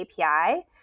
API